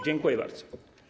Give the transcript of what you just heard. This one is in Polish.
Dziękuję bardzo.